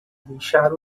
deixar